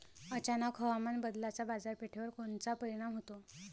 अचानक हवामान बदलाचा बाजारपेठेवर कोनचा परिणाम होतो?